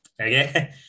okay